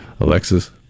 Alexis